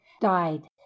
died